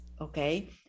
okay